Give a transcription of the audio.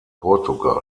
portugal